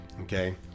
Okay